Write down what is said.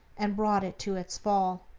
and brought it to its fall.